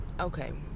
Okay